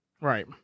Right